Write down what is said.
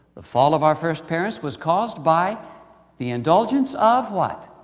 the fall of our first parents was caused by the indulgence of, what.